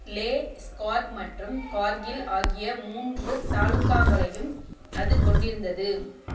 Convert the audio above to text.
லே ஸ்கார்ட் மற்றும் கார்கில் ஆகிய மூன்று தாலுகாக்களையும் அது கொண்டிருந்தது